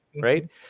right